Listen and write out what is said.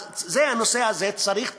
אז הנושא הזה צריך טיפול.